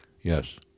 Yes